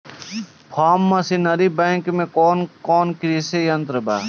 Form machinery bank में कौन कौन कृषि यंत्र बा?